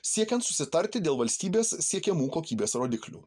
siekiant susitarti dėl valstybės siekiamų kokybės rodiklių